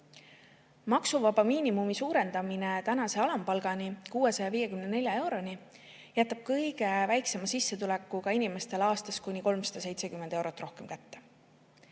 Maksuvaba miinimumi suurendamine tänase alampalgani, 654 euroni jätab kõige väiksema sissetulekuga inimestele aastas kuni 370 eurot rohkem kätte.